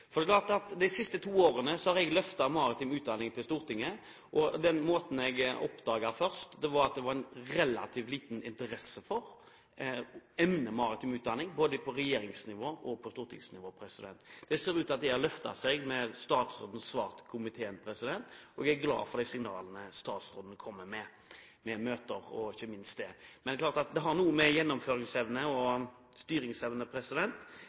Det tror jeg ikke er tilfeldig, og jeg tror heller ikke det kommer på slutten av boken. De siste to årene har jeg løftet maritim utdanning i Stortinget. Jeg oppdaget at det var en relativt liten interesse for emnet maritim utdanning, både på regjeringsnivå og stortingsnivå. Det ser ut som om dette har endret seg med statsrådens svar til komiteen, og jeg er glad for signalene statsråden kommer med, om ikke minst møter. Men dette har noe med gjennomføringsevne og styringsevne